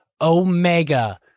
Omega